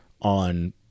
on